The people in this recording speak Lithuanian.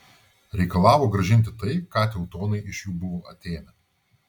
reikalavo grąžinti tai ką teutonai iš jų buvo atėmę